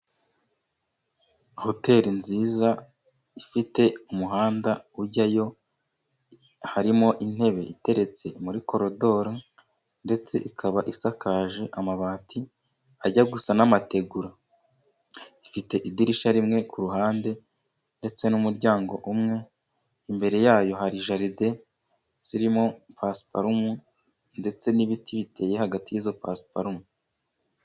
Hoteli nziza ifite umuhanda ujyayo harimo intebe iteretse muri koridoro, ndetse ikaba isakaje amabati ajya gusa n'amategura ifite idirishya rimwe ku ruhande, ndetse n'umuryango umwe ,imbere yayo hari jaride zirimo pasiparumu ndetse n'ibiti biteye hagati y'izo pasiparumu.